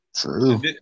True